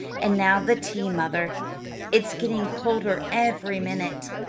and now the tea, mother it's getting colder every minute.